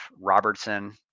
Robertson